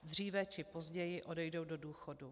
Dříve či později odejdou do důchodu.